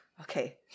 okay